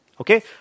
Okay